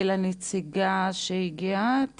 לנציגה שהגיעה,